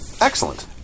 Excellent